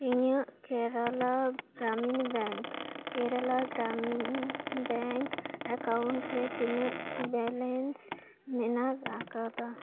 ᱤᱧᱟᱹᱜ Kerala Gramin bank Kerala Gramin bank account ᱨᱮ ᱛᱤᱱᱟᱹᱜ ᱵᱮᱞᱮᱱᱥ ᱢᱮᱱᱟᱜ ᱟᱠᱟᱫᱟ